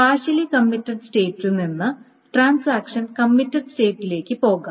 partially committed സ്റ്റേറ്റിൽ നിന്ന് transaction committed സ്റ്റേറ്റിലേക്ക് പോകാം